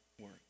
work